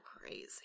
crazy